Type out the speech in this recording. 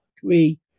three